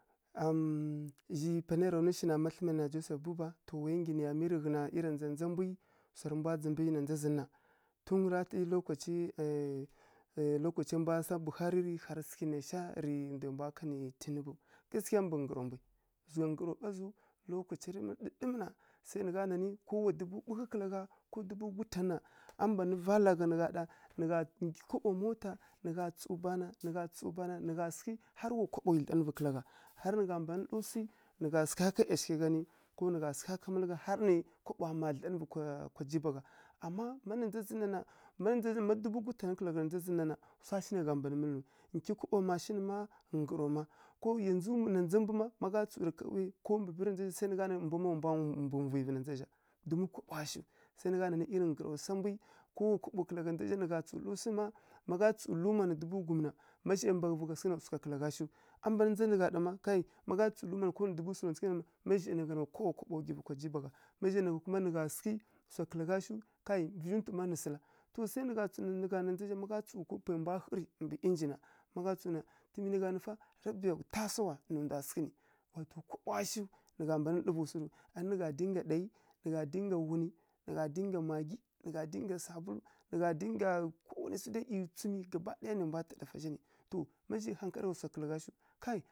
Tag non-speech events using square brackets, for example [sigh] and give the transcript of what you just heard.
[hesitation] zhi ma pani ya ra nu shina na ma thlǝmi ya na joseph buba. To waya nggyi nǝ ya mi rǝghǝn iriya ndza ndza mbwi sawrǝ mbwa dzǝmbǝ na ndza zan na tun ra sǝ lokacia [hesitation] lokacia mbwa buhari rǝ harǝ sǝghǝ rǝ naisha rǝ ndwai mbwa kanǝ tinibu gaskiya mbǝ nggǝro mbwi zugha nggǝro ɓa zǝw ma lokacira ɗǝɗǝmǝ na sai nǝ gha nanǝ kowa dubu ɓughǝ kǝla gha ko dubu gutan na a mban vala gha na ɗa nǝ gha nkyi kaɓo mota nǝ gha tsǝw bana nǝ gha tsǝw bana nǝ gha sǝghǝ har wa kaɓowi dlanǝvǝ kǝla gha harǝ na gha mban lrǝ swi nǝ gha sǝgha ká ˈyashigha nǝ ko nǝ gha sǝgha ká malǝnga harǝ nǝ kaɓowa mma dlanǝvǝ kǝla gha kwa jiba gha amma ma na ndza zǝn na na ma dubu gutan kǝla gha na ndza zǝn na na swa shi nai za mban mǝlǝw nkyi kaɓo mashin mma ngǝro ma na ndza mbu ma ma gha tsǝw rǝ kauyi ko mbǝ bǝrini swai nǝ gha nǝ nanǝ mbu wa mbwa vuvǝyi vǝ na ndza zǝ zha domin kaɓowa shiw sai nǝ gha nanǝ iri nggǝrowa sa mbwi ko wa kaɓo kǝla gha na ndza zǝ zha nǝ gha tsǝw lǝrǝ swu ma má gha tsǝwurǝ luma nǝ dubu gum na ma zhai mbaghǝva sǝghǝ na swa shiw a mban ndza nǝ gha ɗa ma ma gha tsǝw nǝ dubu sǝlǝwntsǝghǝ na ma zhai nǝ gha na wa kaɓowa gwivǝ kwa jiba gha nǝ gha sǝghǝ swa kǝla gha shiw kai vǝzhi ntu ma nǝ sǝla to sai nǝ gha nǝ na ndza zǝ zha ma gha tsǝw nanǝ pwai mbwa ghǝrǝi mbǝ inji na ma gha tsǝw na ˈyi nai gha nǝ fa rabiya tasawa nai ndwa sǝghǝ nǝ kaɓowa shi nǝ gha mban lǝrǝvǝ swu rǝw anǝ nǝ gha dǝyi ngga dai nǝ gha dyi ngga ghunǝ nǝ gha dyi ngga magyi nǝ gha dyi ngga sabulu kowa nai swu dai ˈyi tsumǝ gaba ɗaya nǝ mbwa ta dafa zha nǝ to ma zhai kai,